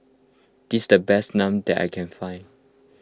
this the best Naan that I can find